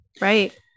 right